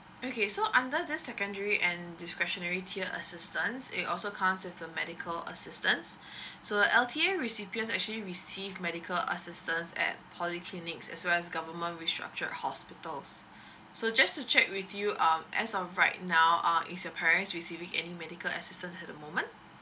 okay so under this secondary and discretionary tier assistance it also comes with the medical assistance so L_T_A recipient's actually receive medical assistance at polyclinics as well as government restructured hospitals so just to check with you um as of right now uh is your parents' receiving any medical assistance at the moment